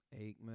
Aikman